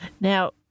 Now